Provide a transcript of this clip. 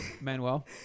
Manuel